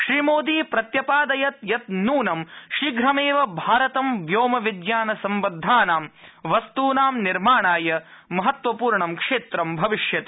श्रीमोदी प्रत्यपादयत् यत् नूनं शीघ्रमेव भारतं व्योम विज्ञानसम्बद्धानां वस्तूनां निर्माणाय महत्वपूर्णं क्षेत्रं भविष्यति